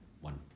One